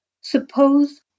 Suppose